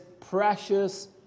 precious